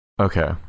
Okay